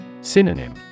Synonym